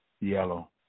Yellow